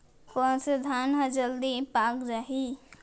कोन से धान ह जलदी पाक जाही?